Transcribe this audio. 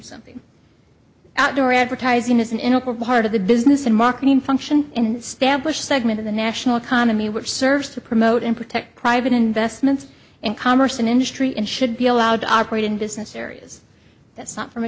something outdoor advertising is an integral part of the business and marketing function and stablished segment of the national economy which serves to promote and protect private investments and commerce and industry and should be allowed to operate in business areas that's not from a